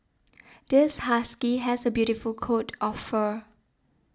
this husky has a beautiful coat of fur